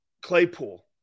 Claypool